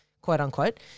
quote-unquote